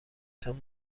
تان